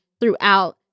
throughout